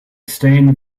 stained